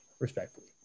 respectfully